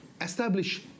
establish